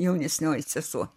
jaunesnioji sesuo